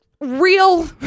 real